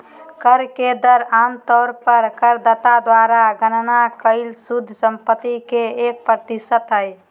कर के दर आम तौर पर करदाता द्वारा गणना कइल शुद्ध संपत्ति के एक प्रतिशत हइ